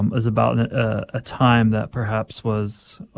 um was about a time that perhaps was